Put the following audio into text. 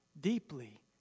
deeply